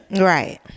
Right